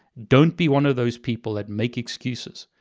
don't be one of those people that make excuses.